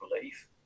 belief